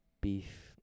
beef